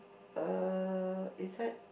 uh is that